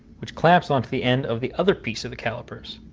which clamps on to the end of the other piece of the calipers.